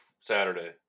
Saturday